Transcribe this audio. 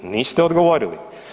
Niste odgovorili.